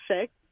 six